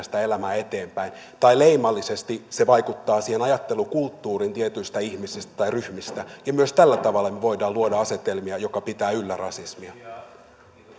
sitä elämää eteenpäin tai leimallisesti se vaikuttaa siihen ajattelukulttuuriin ajatteluun tietyistä ihmisistä tai ryhmistä ja myös tällä tavalla me voimme luoda asetelmia jotka pitävät yllä rasismia